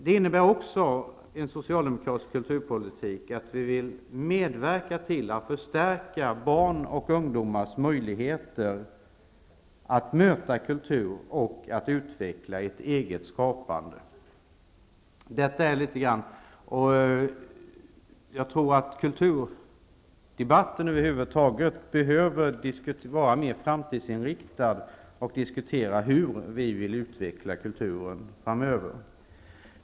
En socialdemokratisk kulturpolitik innebär också att vi vill medverka till att förstärka barns och ungdomars möjligheter att möta kultur och att utveckla ett eget skapande. Jag tror att kulturdebatten över huvud taget behöver vara mer framtidsinriktad och handla om hur vi vill utveckla kulturen framöver.